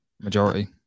majority